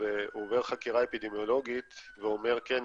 ועובר חקירה אפידמיולוגית ואומר: כן,